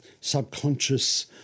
subconscious